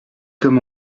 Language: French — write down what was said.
comme